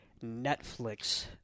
Netflix